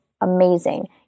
amazing